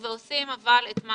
אבל עושים את מה